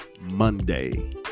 Monday